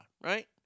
right